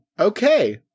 okay